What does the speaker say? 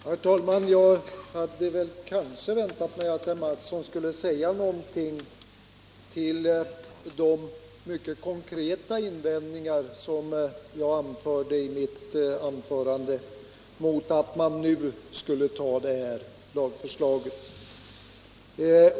Herr talman! Jag hade kanske väntat mig att herr Mattsson något skulle bemöta de mycket konkreta invändningar som jag framförde i mitt anförande mot att man nu vill anta de här lagförslagen.